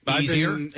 easier